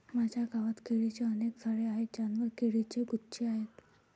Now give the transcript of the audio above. माझ्या गावात केळीची अनेक झाडे आहेत ज्यांवर केळीचे गुच्छ आहेत